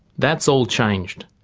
that's all changed.